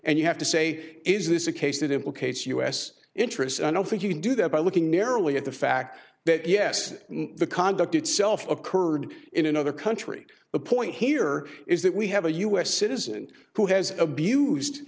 and you have to say is this a case that implicates u s interests i don't think you can do that by looking narrowly at the fact that yes the conduct itself occurred in another country the point here is that we have a u s citizen who has abused